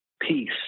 peace